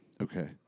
Okay